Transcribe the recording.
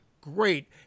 great